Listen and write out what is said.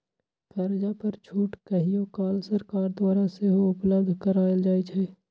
कर्जा पर छूट कहियो काल सरकार द्वारा सेहो उपलब्ध करायल जाइ छइ